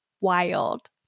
wild